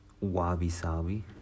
wabi-sabi